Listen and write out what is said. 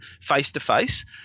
face-to-face